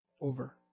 over